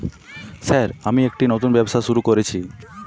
Sir আমি একটি নতুন ব্যবসা শুরু করেছি?